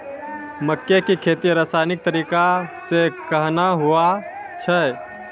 मक्के की खेती रसायनिक तरीका से कहना हुआ छ?